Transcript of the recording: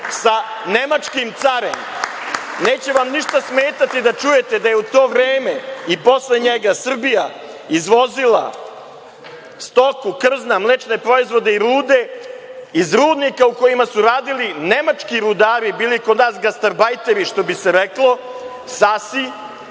sa nemačkim carem. Neće vam ništa smetati da čujete da je u to vreme i posle njega Srbija izvozila stoku, krzna, mlečne proizvode i rude iz rudnika u kojima su radili nemački rudari i bili kod nas gastarbajteri, što bi se reklo, i